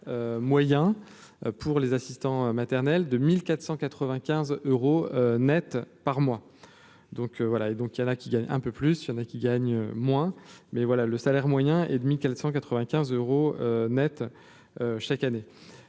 moyen pour les assistants maternels de 1495 euros Net par mois, donc voilà et donc il y en a qui gagnent un peu plus, il y en a qui gagnent moins, mais voilà, le salaire moyen et demi quatre cent